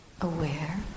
aware